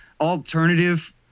alternative